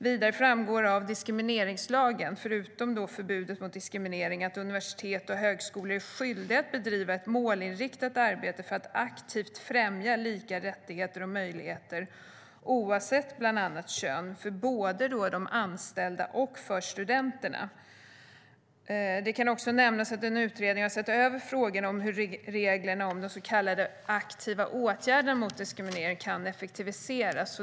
Vidare framgår av diskrimineringslagen, utöver förbud mot diskriminering, att universitet och högskolor är skyldiga att bedriva ett målinriktat arbete för att aktivt främja lika rättigheter och möjligheter oavsett bland annat kön för både anställda och studenter. Det kan nämnas att en utredning har sett över frågan om hur reglerna om så kallade aktiva åtgärder mot diskriminering kan effektiviseras.